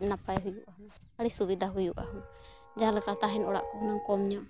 ᱱᱟᱯᱟᱭ ᱦᱩᱭᱩᱜᱼᱟ ᱟᱹᱰᱤ ᱥᱩᱵᱤᱫᱷᱟ ᱦᱩᱭᱩᱜᱼᱟ ᱡᱟᱦᱟᱸᱞᱮᱠᱟ ᱛᱟᱦᱮᱱ ᱚᱲᱟᱜ ᱠᱚ ᱦᱩᱱᱟᱹᱝ ᱠᱚᱢ ᱧᱚᱜ